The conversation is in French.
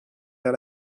vers